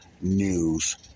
news